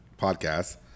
podcast